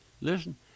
listen